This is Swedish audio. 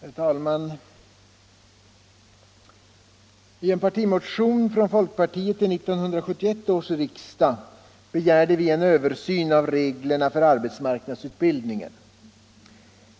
Herr talman! I en partimotion till 1971 års riksdag krävde vi inom folkpartiet en översyn av reglerna för arbetsmarknadsutbildningen.